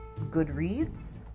Goodreads